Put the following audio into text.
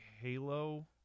Halo